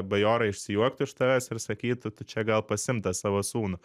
bajorai išsijuoktų iš tavęs ir sakytų tu čia gal pasiimk tą savo sūnų